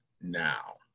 now